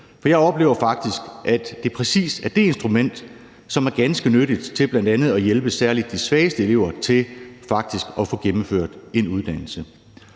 for jeg oplever faktisk, at det præcis er det instrument, som er ganske nyttigt til bl.a. at hjælpe særlig de svageste elever til faktisk at få gennemført en uddannelse.